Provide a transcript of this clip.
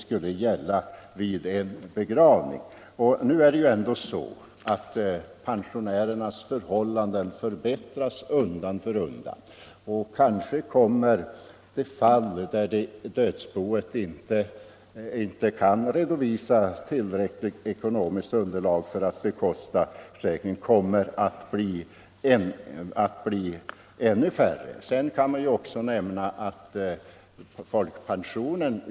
Kanske kommer de fall att bli ännu färre då dödsboet inte kan redovisa tillräckligt ekonomiskt underlag för att bekosta begravningen. Man kan också nämna att folkpension utgår för den månad då vederbörande avlider. Vid dödsfall i början av månaden finns det alltså där en viss summa att tillgå. Nr 30 Vi är inte kallsinniga emot dessa människor. Det är helt enkelt så Onsdagen den att vi av praktiska skäl finner det olämpligt att teckna en generell för 5 mars 1975 säkring, omfattande hela kollektivet, när de flesta människor redan har Herr talman! Utskottets ordförande, herr Fredriksson, sade att man inte skall tala om fattigbegravning.